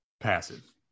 passive